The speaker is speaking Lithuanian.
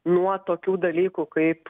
nuo tokių dalykų kaip